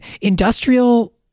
industrial